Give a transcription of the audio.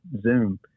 Zoom